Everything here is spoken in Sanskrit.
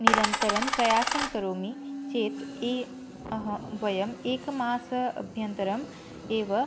निरन्तरं प्रयासं करोमि चेत् ये अह वयम् एकमासम् अभ्यन्तरम् एव